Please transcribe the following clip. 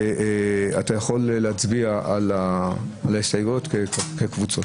אתה יכול להצביע על ההסתייגויות כקבוצות.